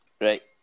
Right